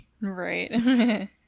Right